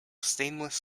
stainless